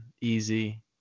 Easy